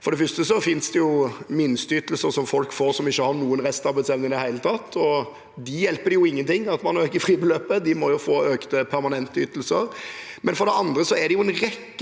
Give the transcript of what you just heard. For det første finnes det jo minsteytelser som også folk som ikke har noen restarbeidsevne i det hele tatt, får, og dem hjelper det ingenting at man øker fribeløpet – de må få økte permanente ytelser. For det andre er det en rekke